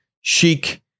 chic